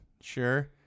sure